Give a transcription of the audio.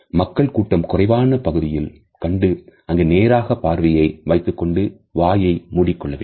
மக்கள் கூட்டம் குறைவான பகுதியில் கண்டு அங்கு நேராக பார்வையை வைத்துக் கொண்டு வாயை மூடிக்கொள்ள வேண்டும்